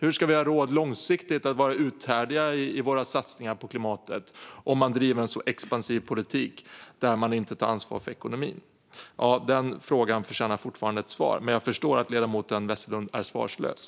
Hur ska vi långsiktigt ha råd att vara uthålliga i våra satsningar på klimatet om man driver en så expansiv politik, där man inte tar ansvar för ekonomin? Den frågan förtjänar fortfarande ett svar, men jag förstår att ledamoten Westerlund är svarslös.